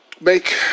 make